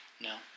No